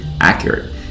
accurate